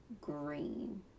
green